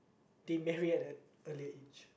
they marry at an earlier age